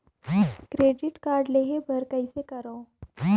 Credit card लेहे बर कइसे करव?